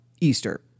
Easter